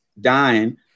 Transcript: dying